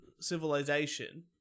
civilization